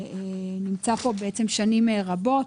נושא שנמצא פה שנים רבות.